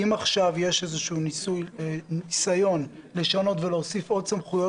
אם עכשיו יש ניסיון לשנות ולהוסיף עוד סמכויות